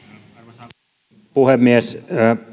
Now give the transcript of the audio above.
arvoisa puhemies